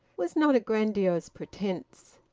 was not a grandiose pretence.